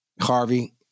Harvey